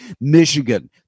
michigan